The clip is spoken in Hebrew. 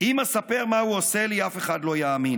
"אם אספר מה הוא עושה לי / אף אחד לא יאמין.